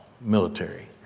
military